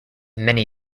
many